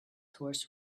horse